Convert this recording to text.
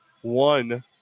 one